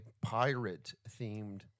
pirate-themed